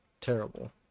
terrible